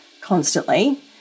constantly